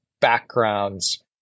backgrounds